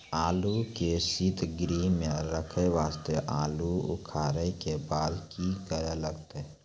आलू के सीतगृह मे रखे वास्ते आलू उखारे के बाद की करे लगतै?